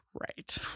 Right